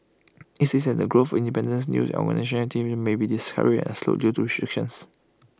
IT is said that the growth of independent news and organised activism may be discouraged and slowed due to restrictions